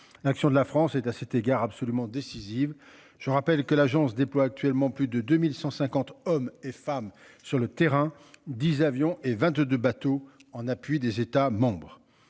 l'action de la France est à cet égard absolument décisive. Je rappelle que l'Agence déploie actuellement plus de 2150 hommes et femmes sur le terrain, 10 avions et 22 bateaux en appui des États membres